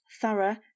thorough